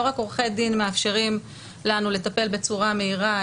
לא רק עורכי דין מאפשרים לנו לטפל בצורה מהירה,